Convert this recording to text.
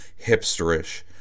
hipsterish